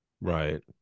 right